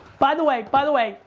by the way, by the way.